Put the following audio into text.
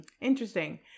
Interesting